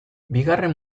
bigarren